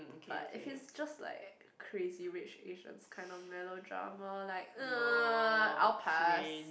but if it's just like Crazy Rich Asians kind of melodrama like I'll pass